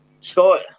Scott